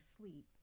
sleep